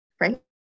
right